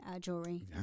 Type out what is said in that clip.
jewelry